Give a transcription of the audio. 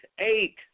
eight